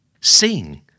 Sing